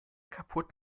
kaputt